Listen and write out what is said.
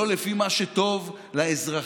לא לפי מה שטוב לאזרחים.